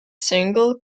single